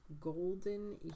golden